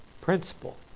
principle